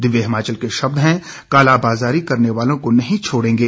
दिव्य हिमाचल के शब्द हैं कालाबाजारी करने वालों को नहीं छोड़ेंगे